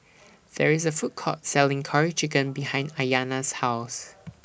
There IS A Food Court Selling Curry Chicken behind Ayana's House